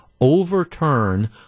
overturn